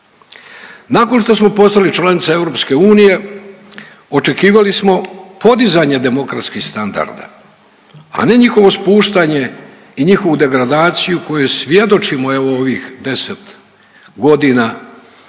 Nakon što smo postali članica EU očekivali smo podizanje demokratskih standarda, a ne njihovo spuštanje i njihovu degradaciju kojoj svjedočimo evo ovih 10 godina